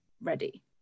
ready